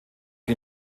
die